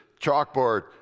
chalkboard